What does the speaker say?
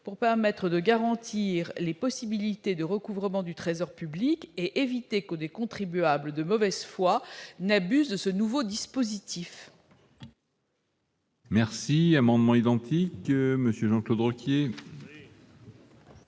prescription afin de garantir les possibilités de recouvrement par le Trésor public et d'éviter que des contribuables de mauvaise foi n'abusent de ce nouveau dispositif.